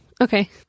Okay